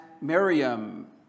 Miriam